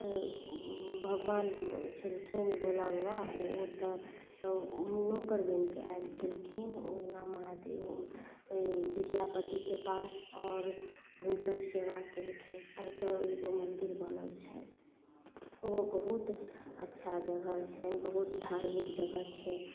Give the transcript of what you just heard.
भगवान छलखिन भोला बाबा ओ ओतऽ नोकर बनिके आयल छलखिन ओना महादेव विद्यापतिके पास आओर हुनकर सेवा केलखिन ओतऽ एगो मन्दिर बनल छै ओ बहुत अच्छा जगह छै बहुत धार्मिक जगह छै